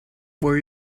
were